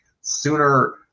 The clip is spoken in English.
sooner